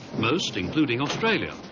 most, including australia,